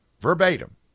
verbatim